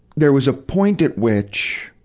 there was a point at which,